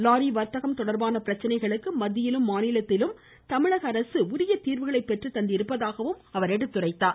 lorry வர்த்தகம் தொடர்பான பிரச்சனைகளுக்கு மத்தியிலும் மாநிலத்திலும் தமிழக அரசு உரிய தீர்வுகளை பெற்றுத்தந்திருப்பதாக அவர் சுட்டிக்காட்டினார்